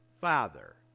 father